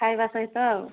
ଖାଇବା ସହିତ ଆଉ